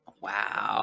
Wow